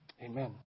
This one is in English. Amen